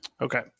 Okay